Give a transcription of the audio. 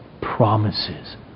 promises